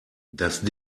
das